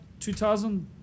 2000